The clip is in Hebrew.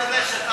בבקשה.